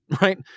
right